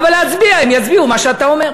אבל להצביע, הם יצביעו מה שאתה אומר.